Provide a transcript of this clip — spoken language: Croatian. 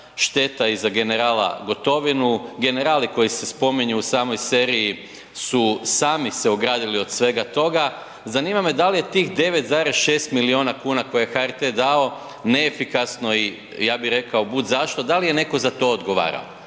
šteta i za generala Gotovinu, generali koji se spominju u samoj seriji su sami se ogradili od svega toga, zanima me da li je tih 9,6 milijuna kuna koje je HRT dao neefikasno i ja bi rekao bud zašto, dal je neko za to odgovarao?